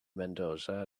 mendoza